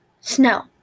Snow